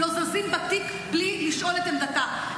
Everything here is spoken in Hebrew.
לא זזים בתיק בלי לשאול מה עמדתה.